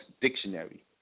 Dictionary